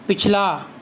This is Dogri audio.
पिछला